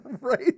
Right